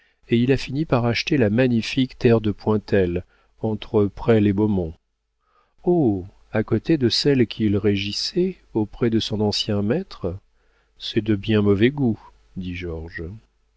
et il a fini par acheter la magnifique terre de pointel entre presles et beaumont oh à côté de celle qu'il régissait auprès de son ancien maître c'est de bien mauvais goût dit